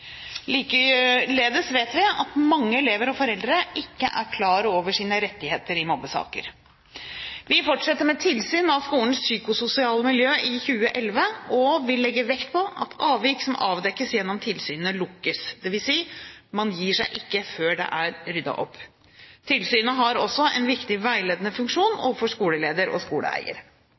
Likeledes vet vi at mange elever og foreldre ikke er klar over sine rettigheter i mobbesaker. Vi fortsetter med tilsyn av skolens psykososiale miljø i 2011 og vil legge vekt på at avvik som avdekkes gjennom tilsynet, lukkes, dvs. man gir seg ikke før det er ryddet opp. Tilsynet har også en viktig veiledende funksjon overfor skoleleder og skoleeier.